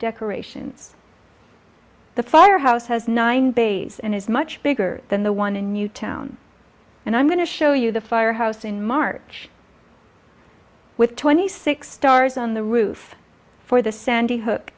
decorations the firehouse has nine bays and is much bigger than the one in newtown and i'm going to show you the firehouse in march with twenty six stars on the roof for the sandy hook